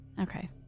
Okay